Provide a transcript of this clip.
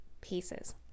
pieces